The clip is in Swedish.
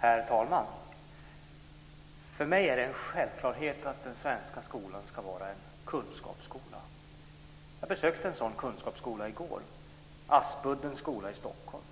Herr talman! För mig är den en självklarhet att den svenska skolan ska vara en kunskapsskola. Jag besökte en sådan kunskapsskola i går, Aspuddens skola i Stockholm.